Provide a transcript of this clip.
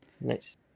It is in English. Nice